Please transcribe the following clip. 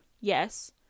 Yes